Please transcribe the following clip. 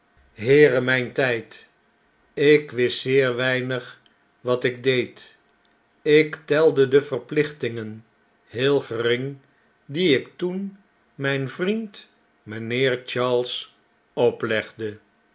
heere mjjn tjjd ik wist zeer weinig wat ik deed ik telde de verplichtingen heel gering die ik toen mjjn vriend mjjnheer charles oplegde